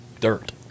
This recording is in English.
dirt